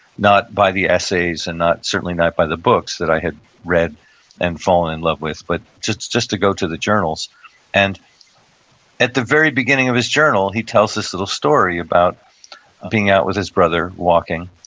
not by the essays, and certainly not by the books that i had read and fallen in love with, but just just to go to the journals and at the very beginning of his journal, he tells this little story about being out with his brother, walking.